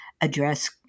address